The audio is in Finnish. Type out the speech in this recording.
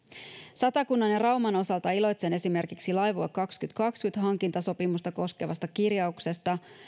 satakunnan ja rauman osalta iloitsen esimerkiksi laivue kaksituhattakaksikymmentä hankintasopimusta koskevasta kirjauksesta